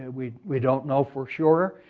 we we don't know for sure.